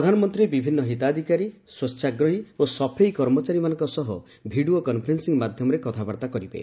ପ୍ରଧାନମନ୍ତ୍ରୀ ବିଭିନ୍ନ ହିତାଧିକାରୀ ସ୍ୱଚ୍ଛାଗ୍ରହୀ ଓ ସଫେଇ କର୍ମଚାରୀମାନଙ୍କ ସହ ଭିଡ଼ିଓ କନ୍ଫରେନ୍ସିଂ ମାଧ୍ୟମରେ କଥାବାର୍ତ୍ତା କରିବେ